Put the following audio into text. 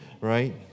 right